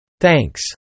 Thanks